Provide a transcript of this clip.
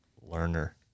learner